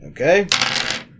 Okay